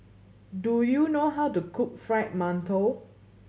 do you know how to cook Fried Mantou